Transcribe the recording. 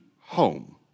home